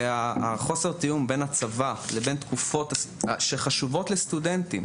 וחוסר התיאום בין הצבא לבין התקופות שחשובות לסטודנטים,